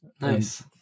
Nice